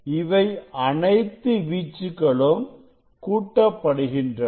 இவை அனைத்து வீச்சுக்களும் கூட்டப் படுகின்றன